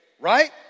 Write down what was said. right